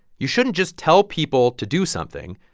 you shouldn't just tell people to do something.